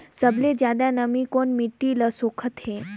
सबले ज्यादा नमी कोन मिट्टी ल सोखत हे?